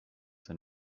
than